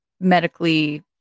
medically